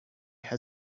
had